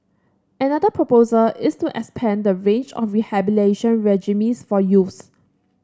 another proposal is to expand the range of rehabilitation regimes for youths